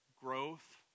growth